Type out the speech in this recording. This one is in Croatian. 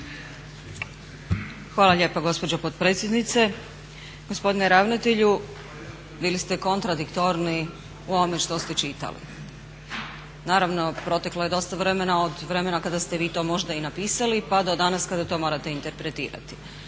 Hvala lijepo gospođo potpredsjednice. Gospodine ravnatelju, bili ste kontradiktorni u ovome što ste čitali. Naravno proteklo je dosta vremena od vremena kada ste vi to možda i napisali pa do danas kada to morate interpretirati.